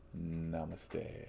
Namaste